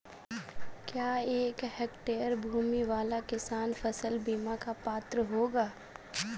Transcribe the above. क्या एक हेक्टेयर भूमि वाला किसान फसल बीमा का पात्र होगा?